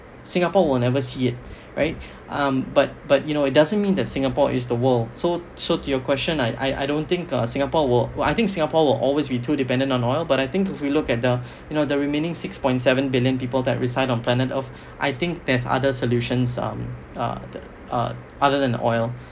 singapore will never see it right um but but you know it doesn't mean that singapore is the world so so to your question I I don't think uh singapore will I think singapore will always be too dependent on oil but I think if we look at the you know the remaining six point seven billion people that reside on planet earth I think there's other solutions um uh the uh other than oil